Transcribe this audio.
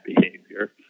behavior